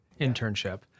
internship